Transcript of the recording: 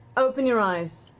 open your eyes.